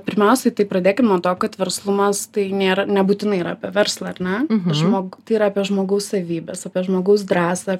pirmiausiai tai pradėkim nuo to kad verslumas tai nėra nebūtinai yra apie verslą ar ne žmo tai yra apie žmogaus savybes apie žmogaus drąsą